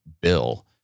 bill